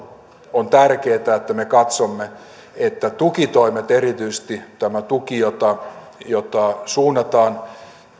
on tärkeätä että me katsomme että tukitoimet ja erityisesti tämä tuki jota jota suunnataan